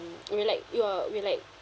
we're like you're we like